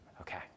Okay